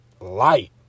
light